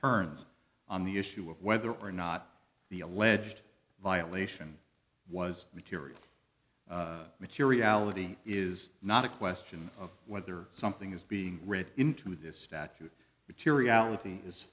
turns on the issue of whether or not the alleged violation was material materiality is not a question of whether something is being read into this statute materiality is